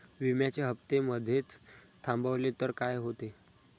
विम्याचे हफ्ते मधेच थांबवले तर काय होते?